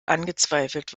angezweifelt